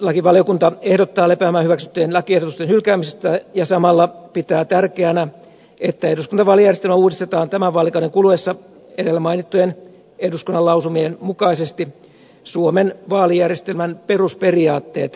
perustuslakivaliokunta ehdottaa lepäämään hyväksyttyjen lakiehdotusten hylkäämistä ja samalla pitää tärkeänä että eduskuntavaalijärjestelmä uudistetaan tämän vaalikauden kuluessa edellä mainittujen eduskunnan lausumien mukaisesti suomen vaalijärjestelmän perusperiaatteet säilyttäen